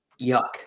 Yuck